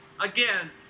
again